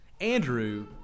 Andrew